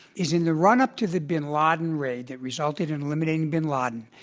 is in the run-up to the bin laden raid that resulted in eliminating bin laden,